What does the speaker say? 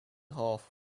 half